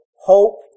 hope